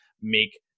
make